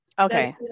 Okay